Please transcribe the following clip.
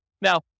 Now